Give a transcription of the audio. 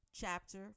Chapter